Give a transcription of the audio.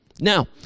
Now